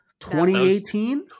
2018